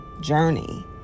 journey